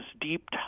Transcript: deep